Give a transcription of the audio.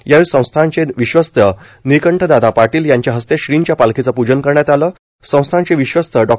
यावेळी संस्थांचे विश्वस्त निळकंठदादा पाटील यांच्या हस्ते श्रींच्या पालखीचे प्जन करण्यात आले संस्थानचे विश्वस्त डॉ